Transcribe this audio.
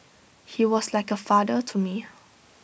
he was like A father to me